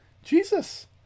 jesus